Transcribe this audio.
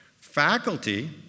Faculty